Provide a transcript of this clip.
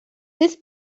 this